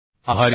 आभारी आहे